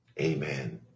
Amen